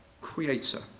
creator